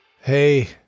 Hey